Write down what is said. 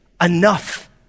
enough